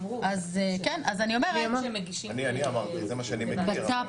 אני אמרתי, זה מה שאני מכיר.